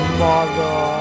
mother